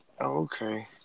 Okay